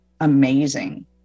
amazing